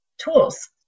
Tools